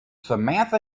samantha